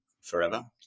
forever